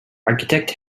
architect